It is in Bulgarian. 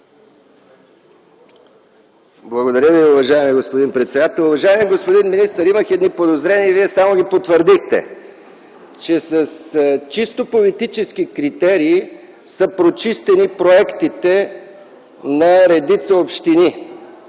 Благодаря Ви, уважаеми господин председател. Уважаеми господин министър, имах едни подозрения и Вие само ги потвърдихте – че с чисто политически критерии са прочистени проектите на редица общини.